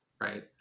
right